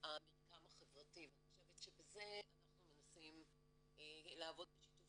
המרקם החברתי ואני חושבת שבזה אנחנו מנסים לעבוד בשיתוף